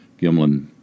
Gimlin